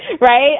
Right